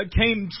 came